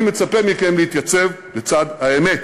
אני מצפה מכם להתייצב לצד האמת,